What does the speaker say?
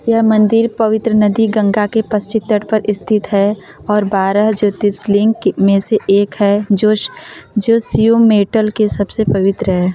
यह मंदिर पवित्र नदी गंगा के पश्चिम तट पर स्थित है और बारह ज्योतिर्लिङ्ग के में से एक है जोश जो शिव मेटल के सबसे पवित्र है